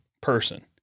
person